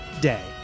day